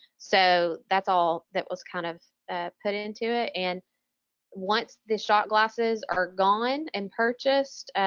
so that's all that was kind of put into it and once the shot glasses are gone and purchased,